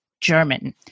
German